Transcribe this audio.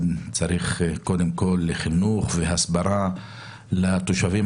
צריך קודם כול חינוך והסברה לתושבים.